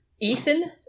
Ethan